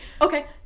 Okay